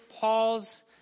Paul's